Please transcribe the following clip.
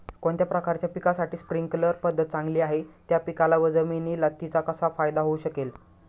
कोणत्या प्रकारच्या पिकासाठी स्प्रिंकल पद्धत चांगली आहे? त्या पिकाला व जमिनीला तिचा कसा फायदा होऊ शकेल?